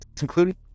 including